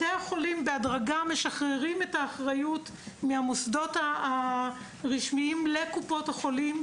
בתי החולים בהדרגה משחררים את האחריות מהמוסדות הרשמיים לקופות החולים,